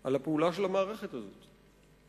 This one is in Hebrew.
על הפעולה של המערכת הזאת,